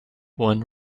when